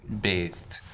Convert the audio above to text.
bathed